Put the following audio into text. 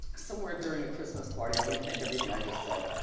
somewhere during the christmas party, i'll rethink everything i just said.